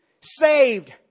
saved